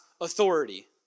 authority